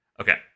okay